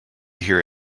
hear